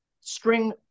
string